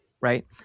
Right